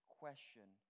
question